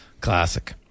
classic